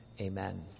Amen